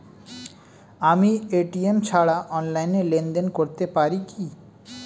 আমি এ.টি.এম ছাড়া অনলাইনে লেনদেন করতে পারি কি?